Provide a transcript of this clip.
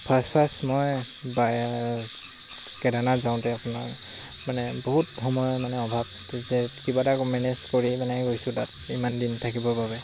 first first মই কেদাৰনাথ যাওঁতে আপোনাৰ মানে বহুত সময়ৰ মানে অভাৱ যে কিবা এটা আকৌ মেনেজ কৰি মানে গৈছোঁ তাত ইমান দিন থাকিবৰ বাবে